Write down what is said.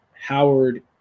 Howard